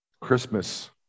Christmas